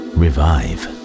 revive